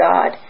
God